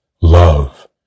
love